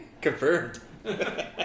Confirmed